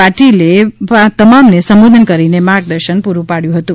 પાટીલે તમામને સંબોધન કરીને માર્ગદર્શન પુરૂ પાડ્યું હતું